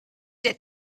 der